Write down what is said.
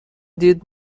دید